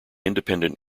independent